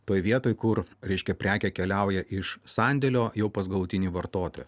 toj vietoj kur reiškia prekė keliauja iš sandėlio jau pas galutinį vartotoją